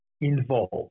involved